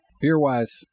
Beer-wise